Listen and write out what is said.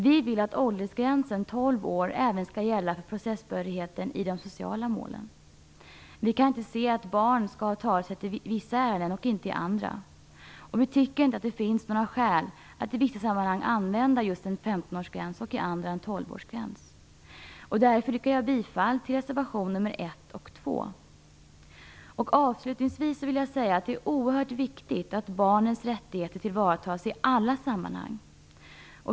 Vi vill att åldersgränsen tolv år även skall gälla processbehörigheten i de sociala målen. Vi kan inte se att barn skall ha talerätt i vissa ärenden och inte i andra. Vi tycker inte att det finns några skäl att i vissa sammanhang använda en femtonårsgräns och i andra en tolvårsgräns. Därför yrkar jag bifall till reservation nr 1 och 2. Avslutningsvis vill jag säga att det är oerhört viktigt att barnens rättigheter tillvaratas i alla sammanhang.